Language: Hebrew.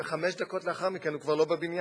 וחמש דקות לאחר מכן הוא כבר לא בבניין.